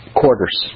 quarters